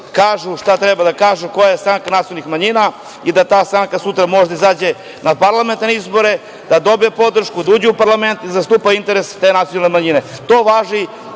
kažu šta treba da kažu koja je stranka nacionalnih manjina i da ta stranka sutra može da izađe na parlamentarne izbore, da dobije podršku, da uđe u parlament i zastupa interese te nacionalne manjine. To važi